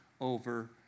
over